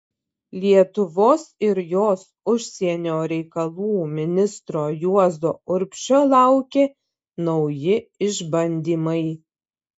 lietuvos ir jos užsienio reikalų ministro juozo urbšio laukė nauji išbandymai